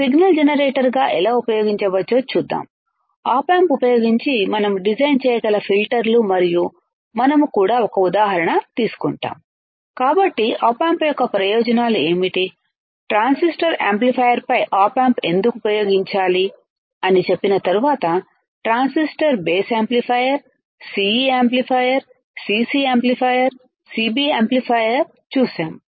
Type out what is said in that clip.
signal జెనరేటర్గా ఎలా ఉపయోగించవచ్చో చూద్దాం ఆప్ ఆంప్ ఉపయోగించి మనం డిజైన్ చేయగల ఫిల్టర్లు మరియు మనం కూడా ఒక ఉదాహరణ తీసుకుంటాము కాబట్టి ఆప్ ఆంప్ యొక్క ప్రయోజనాలు ఏమిటి ట్రాన్సిస్టర్ యాంప్లిఫైయర్ పై ఆప్ ఆంప్ ఎందుకు ఉపయోగించాలి అని చెప్పిన తరువాత transistor base amplifier CE amplifier CC amplifier CB amplifier చూశాము